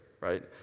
right